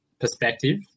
perspective